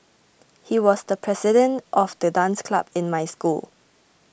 he was the president of the dance club in my school